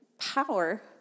power